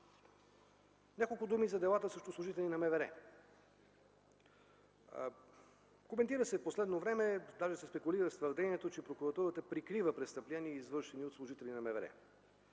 Няколко думи за делата срещу служители на МВР. Коментира се в последно време, даже се спекулира с твърдението, че прокуратурата прикрива престъпления, извършени от служители на МВР.